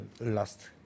last